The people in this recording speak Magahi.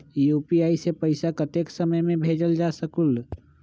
यू.पी.आई से पैसा कतेक समय मे भेजल जा स्कूल?